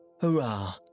hurrah